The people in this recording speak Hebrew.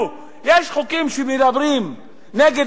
שואלים אותנו: האם יש חוקים שמאפשרים להפלות נגד